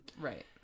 Right